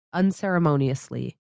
unceremoniously